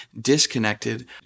disconnected